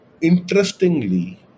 interestingly